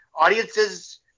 audiences